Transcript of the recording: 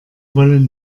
wollen